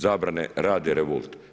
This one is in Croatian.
Zabrane rade revolt.